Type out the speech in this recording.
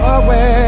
away